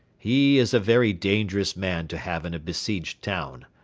he is a very dangerous man to have in a besieged town.